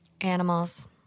animals